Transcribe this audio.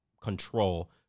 control